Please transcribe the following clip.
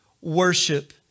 worship